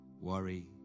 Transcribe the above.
worry